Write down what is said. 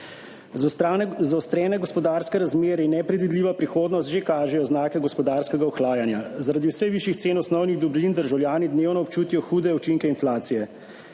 Zaostrene gospodarske razmere in nepredvidljiva prihodnost že kažejo znake gospodarskega ohlajanja. Zaradi vse višjih cen osnovnih dobrin državljani dnevno občutijo hude učinke inflacije.